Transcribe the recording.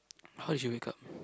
how did you wake up